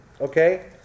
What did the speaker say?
Okay